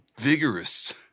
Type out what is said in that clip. vigorous